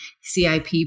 CIP